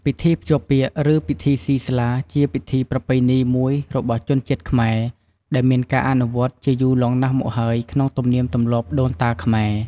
ពិធីភ្ជាប់ពាក្យ ឬ ពិធីសុីស្លា ជាពិធីប្រពៃណីមួយរបស់ជនជាតិខ្មែរ ដែលមានការអនុវត្តជាយូរលង់ណាស់មកហើយ ក្នុងទំនៀមទម្លាប់ដូនតាខ្មែរ។